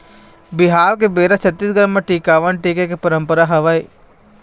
बिहाव के बेरा छत्तीसगढ़ म टिकावन टिके के पंरपरा हवय